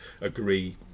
agree